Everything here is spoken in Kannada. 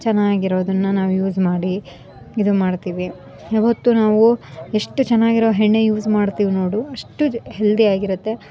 ಚೆನ್ನಾಗಿರೋದನ್ನ ನಾವು ಯೂಸ್ ಮಾಡಿ ಇದು ಮಾಡ್ತೀವಿ ಯಾವತ್ತೂ ನಾವು ಎಷ್ಟು ಚೆನ್ನಾಗಿರೊ ಎಣ್ಣೆ ಯೂಸ್ ಮಾಡ್ತೀವಿ ನೋಡು ಅಷ್ಟು ಜ ಹೆಲ್ದಿಯಾಗಿರತ್ತೆ